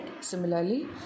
Similarly